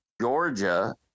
Georgia